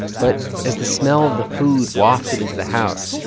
but as the smell of the food wafted into the house,